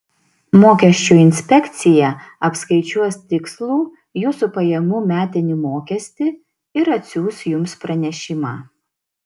mokesčių inspekcija apskaičiuos tikslų jūsų pajamų metinį mokestį ir atsiųs jums pranešimą